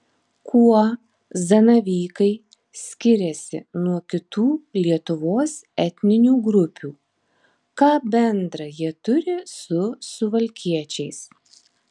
kuo zanavykai skiriasi nuo kitų lietuvos etninių grupių ką bendra jie turi su suvalkiečiais